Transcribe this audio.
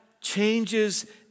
changes